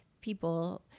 people